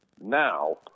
Now